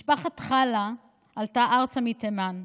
משפחת חלא עלתה ארצה מתימן.